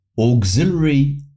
auxiliary